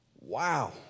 Wow